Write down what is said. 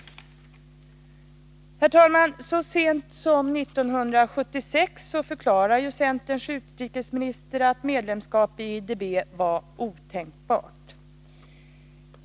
Herr talman! Så sent som 1976 förklarade centerns utrikesminister att medlemskap i IDB var otänkbart.